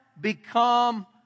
become